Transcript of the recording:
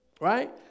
Right